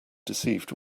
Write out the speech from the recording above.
deceived